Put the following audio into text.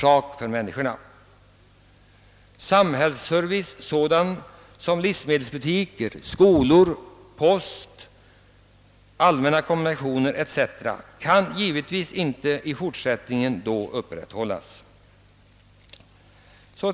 Jag tänker på sådan samhällsservice som livsmedelsbutiker, skolor, post och allmänna kommunikationer som givetvis inte kan upprätthållas under sådana förhållanden.